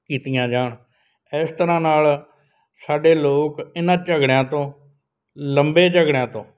ਕੀਤੀਆਂ ਜਾਣ ਇਸ ਤਰ੍ਹਾਂ ਨਾਲ ਸਾਡੇ ਲੋਕ ਇਹਨਾਂ ਝਗੜਿਆਂ ਤੋਂ ਲੰਬੇ ਝਗੜਿਆਂ ਤੋਂ